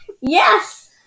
Yes